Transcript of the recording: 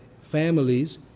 families